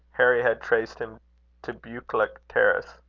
harry had traced him to buccleuch terrace.